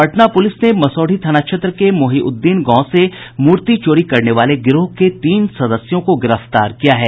Patna police ने मसौढ़ी थाना क्षेत्र के मोहिउद्दीन गांव से मूर्ति चोरी करने वाले गिरोह के तीन सदस्यों को गिरफ्तार किया है